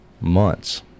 months